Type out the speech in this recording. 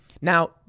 Now